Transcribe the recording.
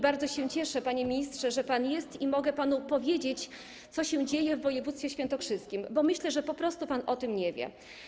Bardzo się cieszę, panie ministrze, że pan jest i mogę panu powiedzieć, co się dzieje w województwie świętokrzyskim, bo myślę, że pan po prostu o tym nie wie.